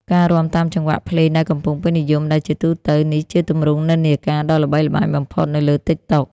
ការរាំតាមចង្វាក់ភ្លេងដែលកំពុងពេញនិយមដែលជាទូទៅ នេះជាទម្រង់និន្នាការដ៏ល្បីល្បាញបំផុតនៅលើ TikTok។